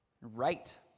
Right